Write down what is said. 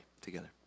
together